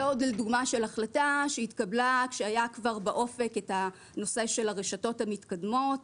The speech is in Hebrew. זאת דוגמה של החלטה שהתקבלה כשהיה כבר באופק את הנושא של הרשתות המתקדמות